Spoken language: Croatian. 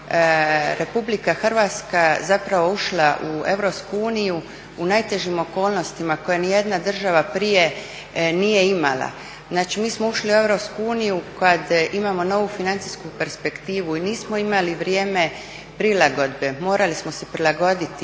Republika Hrvatska zapravo ušla u Europsku uniju u najtežim okolnostima koje niti jedna država prije nije imala. Znači mi smo ušli u Europsku uniju kada imamo novu financijsku perspektivu i nismo imali vrijeme prilagodbe, morali smo se prilagoditi